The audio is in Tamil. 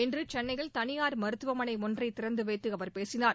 இன்று சென்னையில் தனியார் மருத்துவமனை ஒன்றை திறந்து வைத்து அவர் பேசினார்